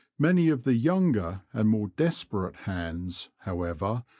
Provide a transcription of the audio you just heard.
many of the younger and more desperate hands, however,